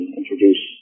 introduce